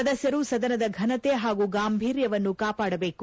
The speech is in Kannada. ಸದಸ್ಯರು ಸದನದ ಫನತೆ ಹಾಗೂ ಗಾಂಭೀರ್ಯವನ್ನು ಕಾಪಾಡಬೇಕು